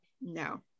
no